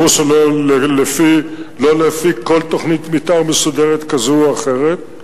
ברור שלא לפי כל תוכנית מיתאר מסודרת כזו או אחרת.